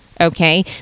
Okay